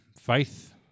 Faith